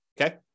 okay